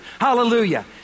Hallelujah